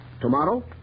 Tomorrow